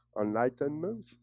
Enlightenment